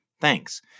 thanks